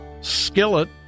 skillet